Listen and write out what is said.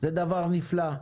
זה דבר נפלא,